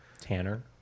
tanner